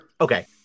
Okay